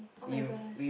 oh-my-goodness